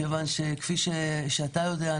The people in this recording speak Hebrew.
כפי שאתה יודע,